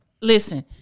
listen